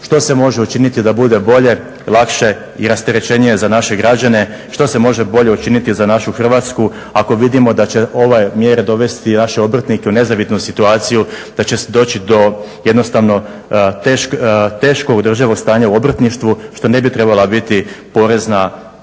što se može učiniti da bude bolje, lakše i rasterećenije za naše građane, što se može bolje učiniti za našu Hrvatsku ako vidimo da će ove mjere dovesti naše obrtnike u nezavidnu situaciju, da će doći do jednostavno teško održivog stanja u obrtništvu što ne bi trebala biti porezna politika